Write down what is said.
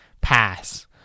pass